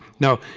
now,